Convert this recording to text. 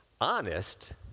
Honest